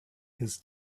his